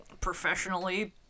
professionally